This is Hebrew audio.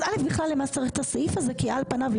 אז למה צריך את הסעיף הזה כי על פניו,